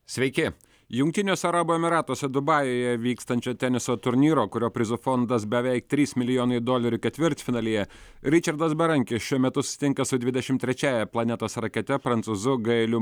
sveiki jungtiniuose arabų emyratuose dubajuje vykstančio teniso turnyro kurio prizų fondas beveik tris milijonai dolerių ketvirtfinalyje ričardas berankis šiuo metu susitinka su dvidešimt trečiąja planetos rakete prancūzu gailiu